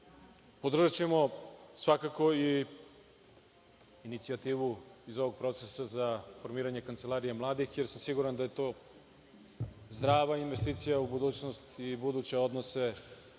ovamo. Podržaćemo svakako inicijativu iz ovog procesa za formiranje kancelarije mladih, jer sam siguran da je to zdrava investicija u budućnost i buduće odnose